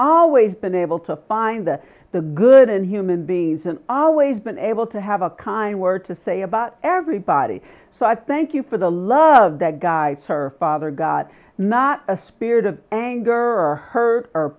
always been able to find the the good and human beings and always been able to have a kind word to say about everybody so i thank you for the love that guides her father god not a spirit of anger or hurt or